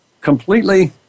completely